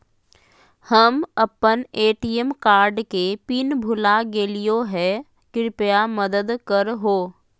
हम अप्पन ATM card के पिन भुला गेलिओ हे कृपया मदद कर हो